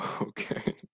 Okay